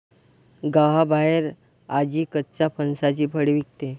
गावाबाहेर आजी कच्च्या फणसाची फळे विकते